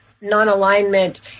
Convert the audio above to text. non-alignment